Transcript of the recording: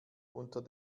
unter